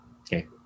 Okay